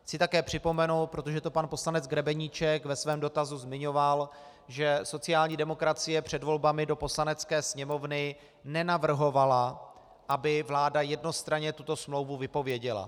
Chci také připomenout, protože to pan poslanec Grebeníček ve svém dotazu zmiňoval, že sociální demokracie před volbami do Poslanecké sněmovny nenavrhovala, aby vláda jednostranně tuto smlouvu vypověděla.